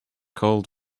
called